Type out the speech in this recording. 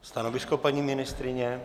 Stanovisko, paní ministryně?